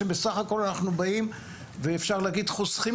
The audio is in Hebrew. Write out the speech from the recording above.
שבסה"כ אנחנו באים ואפשר להגיד שאנחנו חוסכים